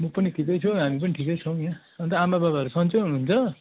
म पनि ठिकै छु हामी पनि ठिकै छौँ यहाँ अन्त आमाबाबाहरू सन्चै हुनुहुन्छ